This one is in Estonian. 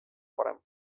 parem